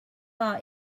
our